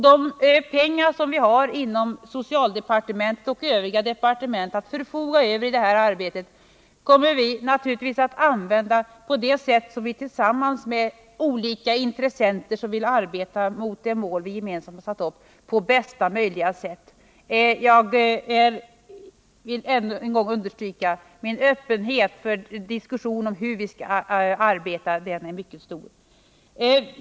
De pengar som vi inom socialdepartementet och övriga departement har att förfoga över i detta arbete kommer vi naturligtvis att använda på bästa möjliga sätt, och vi kommer därvid att rådgöra med olika intressenter som vill arbeta för det mål som vi gemensamt har satt upp. Jag vill än en gång understryka att min öppenhet för diskussion om hur vi skall arbeta är mycket stor.